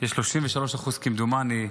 יש 33%, כמדומני,